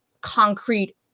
concrete